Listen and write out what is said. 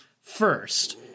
first